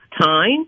time